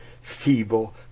feeble